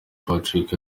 patrick